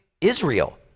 Israel